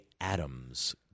Adams